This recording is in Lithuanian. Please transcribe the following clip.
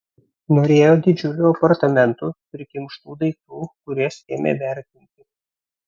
norėjo didžiulių apartamentų prikimštų daiktų kuriuos ėmė vertinti